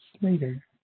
later